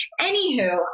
anywho